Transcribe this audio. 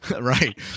Right